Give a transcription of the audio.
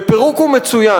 בפירוק הוא מצוין.